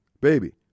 baby